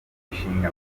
imishinga